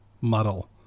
muddle